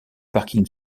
parking